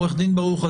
עורך הדין ברוך,